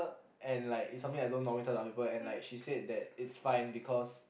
and like it's something I don't normally tell to other people and like she said that it's fine because